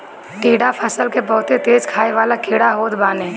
टिड्डा फसल के बहुते तेज खाए वाला कीड़ा होत बाने